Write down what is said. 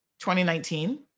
2019